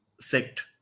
sect